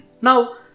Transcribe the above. now